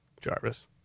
Jarvis